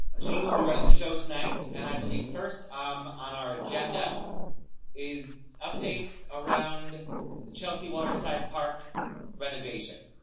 jean will be running the show tonight, and i believe first um on our agenda is updates around the chelsea waterside park renovation.